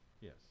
Yes